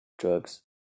drugs